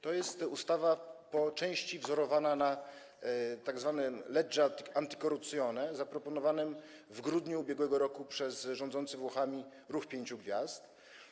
To jest ustawa po części wzorowana na tzw. legge anticorruzione, zaproponowanym w grudniu ub.r. przez rządzący Włochami Ruch Pięciu Gwiazd.